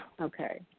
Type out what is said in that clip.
Okay